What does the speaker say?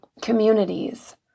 communities